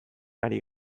ari